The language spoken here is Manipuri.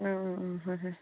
ꯎꯝ ꯎꯝ ꯎꯝ ꯍꯣꯏ ꯍꯣꯏ